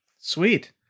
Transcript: sweet